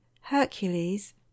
Hercules